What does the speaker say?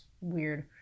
weird